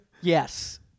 Yes